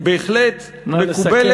בהחלט, נא לסכם.